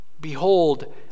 Behold